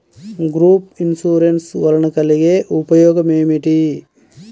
Group insurance వలన కలిగే ఉపయోగమేమిటీ?